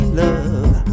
love